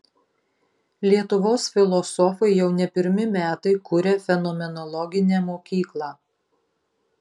lietuvos filosofai jau ne pirmi metai kuria fenomenologinę mokyklą